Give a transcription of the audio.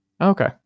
Okay